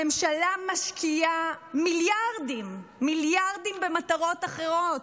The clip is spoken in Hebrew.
הממשלה משקיעה מיליארדים, מיליארדים במטרות אחרות,